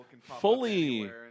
fully